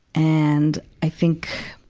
and, i think,